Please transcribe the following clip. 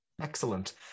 Excellent